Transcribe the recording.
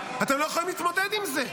אתם לא יכולים להתמודד עם זה.